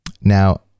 Now